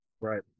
right